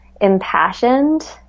impassioned